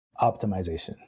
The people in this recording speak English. optimization